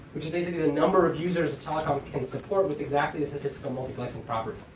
which is basically the number of users a telecom can support with exactly this statistical multiplexing property.